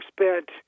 spent